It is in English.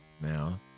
Now